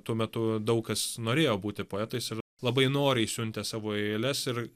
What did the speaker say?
tuo metu daug kas norėjo būti poetais ir labai noriai siuntė savo eiles ir